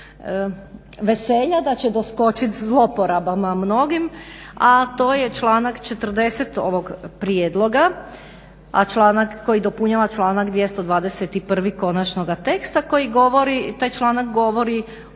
veselja da će doskočit zlouporabama mnogim, a to je članak 40. ovog prijedloga, koji dopunjava članak 221. konačnoga teksta koji govori, taj članak govori